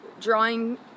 drawing